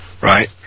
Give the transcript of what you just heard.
Right